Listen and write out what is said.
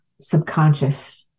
subconscious